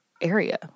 area